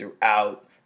throughout